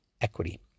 equity